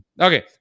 Okay